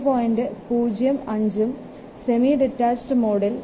05 ഉം semi detached മോഡിൽ ഇത് 1